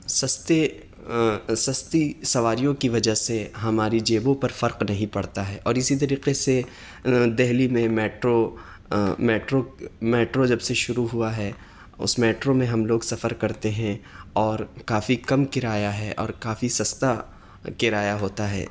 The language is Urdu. سستے سستی سواریوں کی وجہ سے ہماری جیبوں پر فرق نہیں پڑتا ہے اور اسی طریقے سے دہلی میں میٹرو میٹرو میٹرو جب سے شروع ہوا ہے اس میٹرو میں ہم لوگ سفر کرتے ہیں اور کافی کم کرایہ ہے اور کافی سستا کرایہ ہوتا ہے